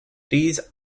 these